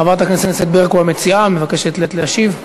חברת הכנסת ברקו, המציעה, מבקשת להשיב.